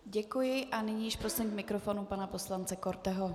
Děkuji a nyní již prosím k mikrofonu pana poslance Korteho.